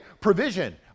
provision